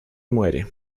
muere